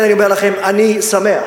אני שמח